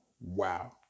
Wow